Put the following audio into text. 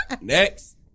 Next